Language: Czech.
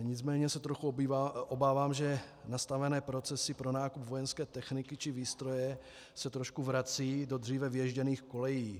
Nicméně se trochu obávám, že nastavené procesy pro nákup vojenské techniky či výstroje se trošku vracejí do dříve vyježděných kolejí.